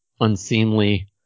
unseemly